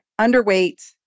underweight